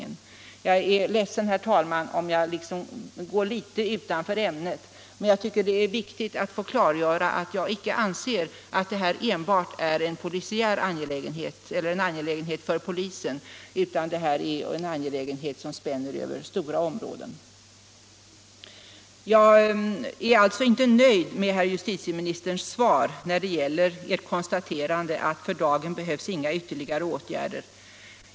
ket Jag är ledsen, herr talman, om jag gått litet utanför ämnet, men jag tycker att det är viktigt att klargöra att jag inte anser att detta är en angelägenhet enbart för polisen utan att det spänner över stora områden. Jag är alltså inte nöjd med herr justitieministerns svar när det gäller konstaterandet att för dagen behövs inga ytterligare åtgärder.